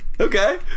Okay